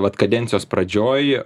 vat kadencijos pradžioj